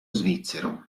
svizzero